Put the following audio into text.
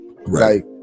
Right